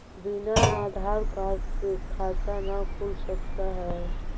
बिना आधार कार्ड के खाता न खुल सकता है?